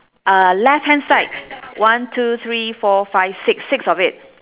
uh left hand side one two three four five six six of it